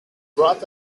brought